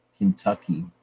Kentucky